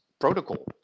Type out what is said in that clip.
protocol